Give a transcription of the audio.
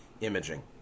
imaging